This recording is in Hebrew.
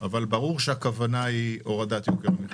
אבל ברור שהכוונה היא הורדת יוקר המחייה.